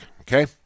okay